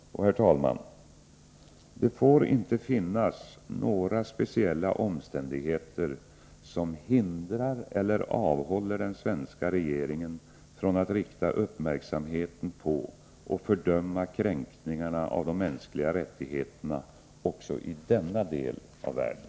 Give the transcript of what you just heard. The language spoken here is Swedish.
Herr talman! Det får inte finnas några speciella omständigheter som hindrar eller avhåller den svenska regeringen från att rikta uppmärksamheten på och fördöma kränkningarna av de mänskliga rättigheterna också i denna del av världen.